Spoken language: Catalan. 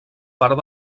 part